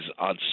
on